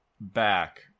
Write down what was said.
back